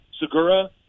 Segura